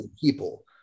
people